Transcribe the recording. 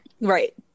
right